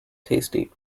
tasty